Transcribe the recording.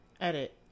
Edit